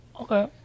Okay